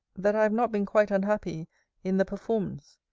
that i have not been quite unhappy in the performance.